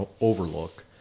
Overlook